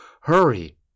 hurry